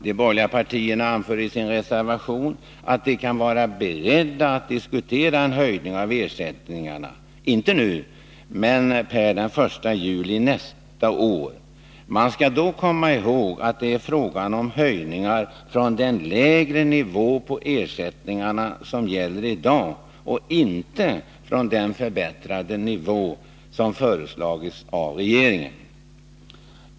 De borgerliga partierna anför i sin reservation att de kan vara beredda att diskutera en höjning av ersättningarna — inte nu, men per den 1 juli nästa år. Man skall då komma ihåg att det är fråga om höjningar från den lägre nivå på 2 ersättningarna som gäller i dag, inte från den förbättrade nivå som har föreslagits av regeringen.